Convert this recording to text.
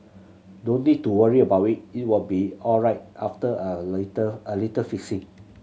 don't need to worry about it it will be alright after a little a little fixing